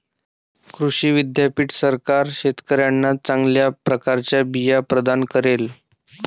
कृषी विद्यापीठ सरकार शेतकऱ्यांना चांगल्या प्रकारचे बिया प्रदान करेल